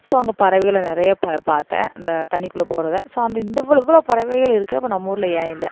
so அங்கே பறவைகளை நிறைய பா பார்த்தேன் இந்த தண்ணிக்குள்ள போகிறத ஸோ அந்த இந்த இவ்வளோ இவ்வளோ பறவைகள் இருக்குது அப்போ நம்ம ஊர்ல ஏன் இல்லை